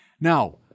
Now